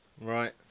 Right